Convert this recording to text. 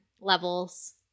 levels